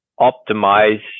optimize